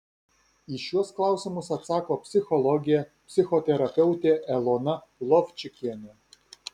į šiuos klausimus atsako psichologė psichoterapeutė elona lovčikienė